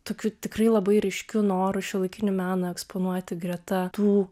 tokiu tikrai labai ryškiu noru šiuolaikinį meną eksponuoti greta tų